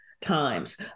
times